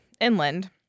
inland